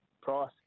price